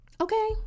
okay